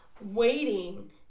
waiting